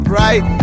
right